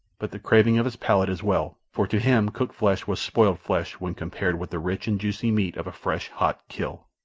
but the craving of his palate as well for to him cooked flesh was spoiled flesh when compared with the rich and juicy meat of a fresh, hot kill.